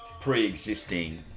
pre-existing